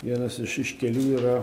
vienas iš iš kelių yra